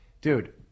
dude